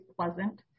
pleasant